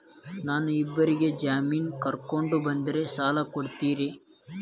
ನಾ ಇಬ್ಬರಿಗೆ ಜಾಮಿನ್ ಕರ್ಕೊಂಡ್ ಬಂದ್ರ ಸಾಲ ಕೊಡ್ತೇರಿ?